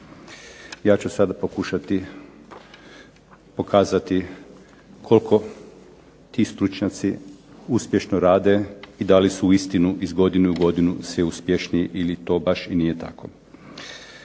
Ja ću sada pokušati pokazati koliko ti stručnjaci uspješno rade i da li su uistinu iz godine u godinu sve uspješniji ili to baš i nije tako.